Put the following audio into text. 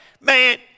man